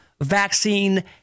vaccine